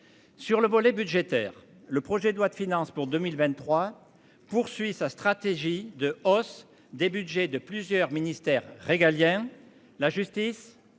Sur le volet budgétaire. Le projet de loi de finances pour 2023 poursuit sa stratégie de hausse des Budgets de plusieurs ministères régaliens. La justice,